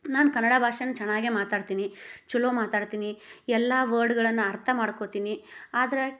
ನಾನು ಕನ್ನಡ ಭಾಷೆನ ಚೆನ್ನಾಗೇ ಮಾತಾಡ್ತೀನಿ ಛಲೋ ಮಾತಾಡ್ತೀನಿ ಎಲ್ಲಾ ವರ್ಡ್ಗಳನ್ನ ಅರ್ಥ ಮಾಡ್ಕೊತೀನಿ ಆದ್ರೆ